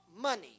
money